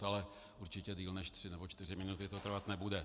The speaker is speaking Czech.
Ale určitě déle než tři nebo čtyři minuty to trvat nebude.